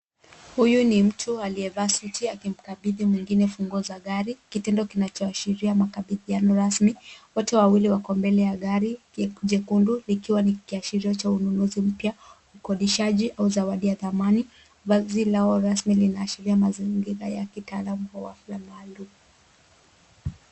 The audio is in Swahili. Huyu ni mtu aliyevaa suti akimkabidhi mwingine funguo za gari kitendo kinachoashiria makabidhiano rasmi. Wote wawili wako mbele ya gari jekundu likiwa ni kiashirio cha ununuzi mpya, kukodishaji au zawadi ya thamani. Vazi lao rasmi linaashiria mazingira ya kitaalamu au afla maalum.